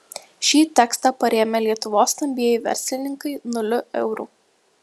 šį tekstą parėmė lietuvos stambieji verslininkai nuliu eurų